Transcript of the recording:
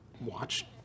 watch